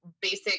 basic